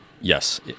Yes